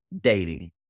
dating